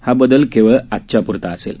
हा बदल केवळ आजच्याप्रता असेल